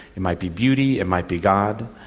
it might be beauty, it might be god.